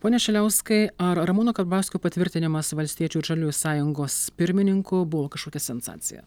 pone šiliauskai ar ramūno karbauskio patvirtinimas valstiečių žaliųjų sąjungos pirmininku buvo kažkokia sensacija